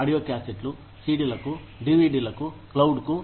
audio కాసెట్లు సిడిలకు డివిడిలకు క్లౌడ్ కు